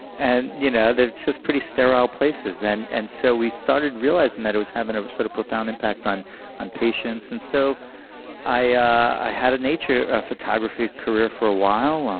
and you know just pretty sterile places. and and so we started realizing that it was having a sort of profound impact on on patients. and so i had a nature photography career for a while. um